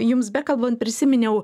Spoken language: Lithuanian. jums bekalbant prisiminiau